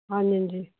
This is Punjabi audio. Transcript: ਹਾਂਜੀ ਹਾਂਜੀ